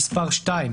מס' 2,